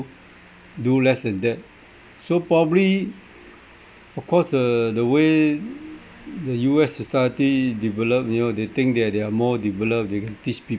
do less than that so probably of course uh the way the U_S society develop you know they think they're they're more developed they can teach